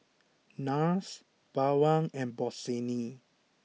Nars Bawang and Bossini